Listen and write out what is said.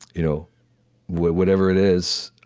you know whatever it is,